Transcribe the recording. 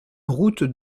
route